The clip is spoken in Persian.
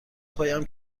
پایم